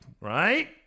right